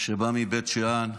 שבא מבית שאן,